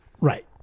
Right